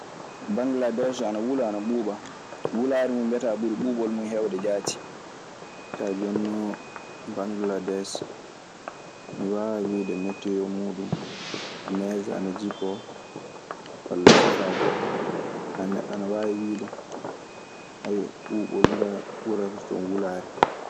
Bangladese ana wulla ana ɓuuba, wulare mun biata ɓuri ɓubol mun hede jati. Kaa jooni non, Bangladees, mi waawaa wiide metteoo muuɗun nees ana jippoo, walla sifaa goɗɗo. Kaa neɗɗo ana waawi wiide, ɓuuɓol kaa ɓurata ton wulaare.